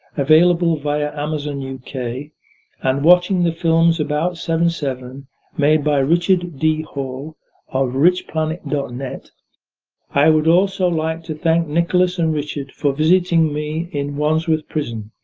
available via amazon yeah uk, and watching the films about seven seven made by richard d. hall of richplanet dot net i would also like to thank nicholas and richard for visiting me in wandsworth prison,